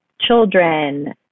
children